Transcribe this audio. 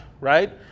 right